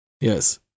Yes